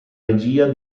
regia